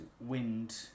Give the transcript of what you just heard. wind